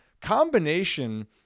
combination